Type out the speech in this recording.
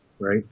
right